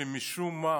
שמשום מה